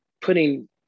putting